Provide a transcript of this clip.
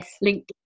link